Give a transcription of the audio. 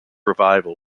revival